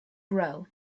grow